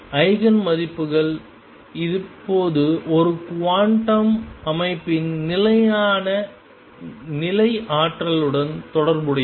eigen மதிப்புகள் இப்போது ஒரு குவாண்டம் அமைப்பின் நிலையான நிலை ஆற்றல்களுடன் தொடர்புடையவை